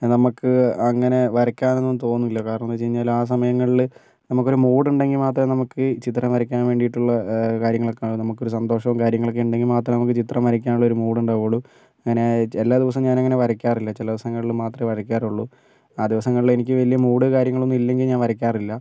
നമുക്ക് അങ്ങനെ വരക്കാനൊന്നും തോന്നൂല കാരണമെന്താന്ന് വെച്ചു കഴിഞ്ഞാൽ ആ സമയങ്ങളിൽ നമുക്കൊരു മൂടുണ്ടെങ്കിൽ മാത്രമേ നമുക്ക് ചിത്രം വരക്കാൻ വേണ്ടിട്ടുള്ള കാര്യങ്ങളൊക്കെ നമുക്കൊരു സന്തോഷോം കാര്യങ്ങളൊക്കെ ഇണ്ടെങ്കിൽ മാത്രമേ നമുക്ക് ചിത്രം വരക്കാനുള്ളൊരു മൂടുണ്ടാവുളളൂ അങ്ങനെ എല്ലാ ദിവസവും ഞാനങ്ങനെ വരക്കാറില്ല ചില ദിവസങ്ങളിൽ മാത്രമേ വരക്കാറുള്ളൂ ആ ദിവസങ്ങളിൽ എനിക്ക് വലിയ മൂട് കാര്യങ്ങളൊന്നും ഇല്ലെങ്കിൽ ഞാൻ വരക്കാറില്ല